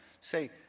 say